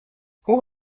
who